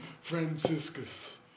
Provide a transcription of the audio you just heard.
Franciscus